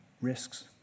risks